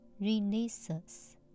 releases